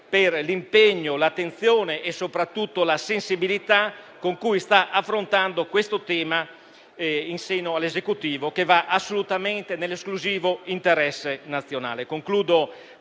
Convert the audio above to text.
per l'impegno, l'attenzione e soprattutto la sensibilità con cui sta affrontando questo tema in seno all'Esecutivo, che va nell'esclusivo interesse nazionale.